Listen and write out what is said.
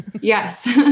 Yes